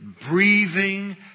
breathing